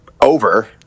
over